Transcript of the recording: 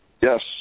Yes